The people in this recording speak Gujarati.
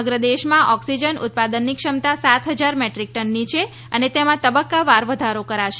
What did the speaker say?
સમગ્ર દેશમાં ઓક્સીજન ઉત્પાદનની ક્ષમતા સાત હજાર મેટ્રીક ટનની છે અને તેમાં તબક્કાવાર વધારો કરાશે